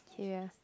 k ah